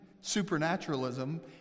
supernaturalism